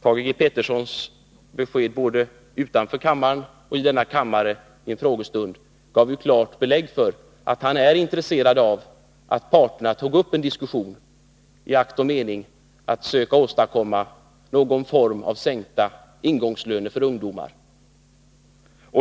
Thage G. Petersons besked både i en tidningsartikel och i en frågestund här i kammaren gav klart belägg för att han är intresserad av att parterna tar upp en diskussion i akt och mening att söka åstadkomma någon form av sänkta ingångslöner för ungdomar.